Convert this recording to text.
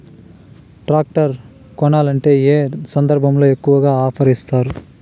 Tractor కొనాలంటే ఏ సందర్భంలో ఎక్కువగా ఆఫర్ ఇస్తారు?